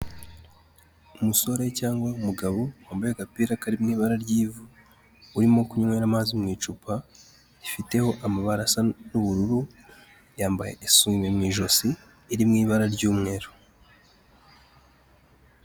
Umusore cyangwa umugabo wambaye agapira kari mu ibara ry'ivu, urimo kunywera amazi mu icupa, rifiteho amabara asa n'ubururu, yambaye n'isume mu ijosi iri mu ibara ry'umweru.